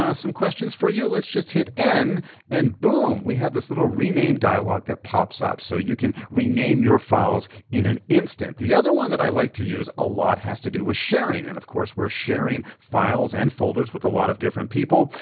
ah some questions for you, let's just hit n and boom, we have this little rename dialog that pops up so you can rename your files in an instant. the other one that i like to use a lot has to do with sharing. and of course we're sharing files and folders with a lot of different people.